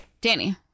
Danny